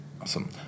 Awesome